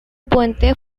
puente